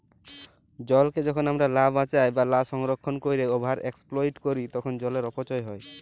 জলকে যখল আমরা লা বাঁচায় বা লা সংরক্ষল ক্যইরে ওভার এক্সপ্লইট ক্যরি তখল জলের অপচয় হ্যয়